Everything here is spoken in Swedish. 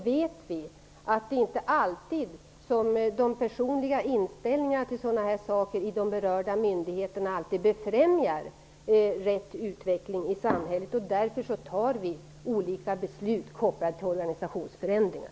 Vi vet att de personliga inställningarna i de berörda myndigheterna inte alltid befrämjar rätt utveckling i samhället. Därför fattar vi olika beslut som är kopplade till organisationsförändringar.